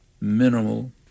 minimal